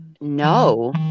No